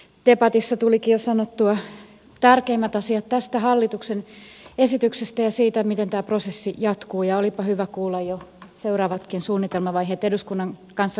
debatissa tulikin jo sanottua tärkeimmät asiat tästä hallituksen esityksestä ja siitä miten tämä prosessi jatkuu ja olipa hyvä kuulla jo seuraavatkin suunnitelmavaiheet eduskunnan kanssa käytävästä vuoropuhelusta